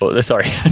Sorry